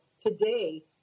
today